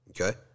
Okay